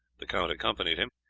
the count accompanied him,